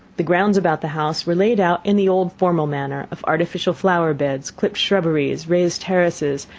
the grounds about the house were laid out in the old formal manner of artificial flower-beds, clipped shrubberies, raised terraces,